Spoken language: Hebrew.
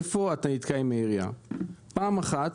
איפה אתה נתקע עם העירייה, פעם אחת